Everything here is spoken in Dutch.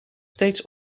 steeds